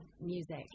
music